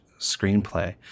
screenplay